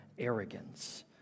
arrogance